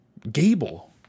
Gable